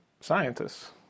scientists